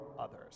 others